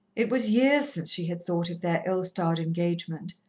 it was years since she had thought of their ill-starred engagement,